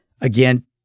again